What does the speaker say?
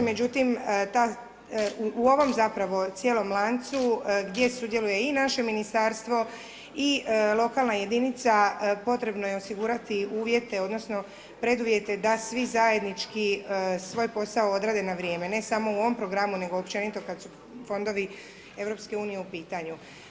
Međutim, u ovom zapravo cijelom lancu, gdje sudjeluje i naše Ministarstvo i lokalna jedinica, potrebno je osigurati uvjete odnosno preduvjete da svi zajednički svoj posao odrade na vrijeme, ne samo u ovom programu, nego općenito kada su fondovi EU u pitanju.